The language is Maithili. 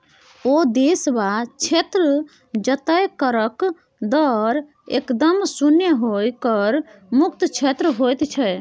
ओ देश वा क्षेत्र जतय करक दर एकदम शुन्य होए कर मुक्त क्षेत्र होइत छै